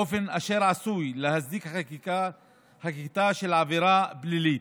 באופן אשר עשוי להצדיק חקיקתה של עבירה פלילית.